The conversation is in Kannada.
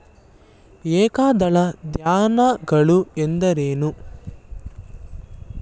ಏಕದಳ ಧಾನ್ಯಗಳು ಎಂದರೇನು?